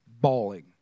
bawling